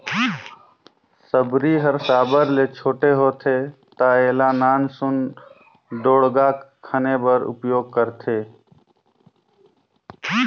सबरी हर साबर ले छोटे होथे ता एला नान सुन ढोड़गा खने बर उपियोग करथे